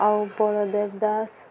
ଆଉ ଉପବାଦ୍ୟ ଦାସ